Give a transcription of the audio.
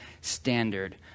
standard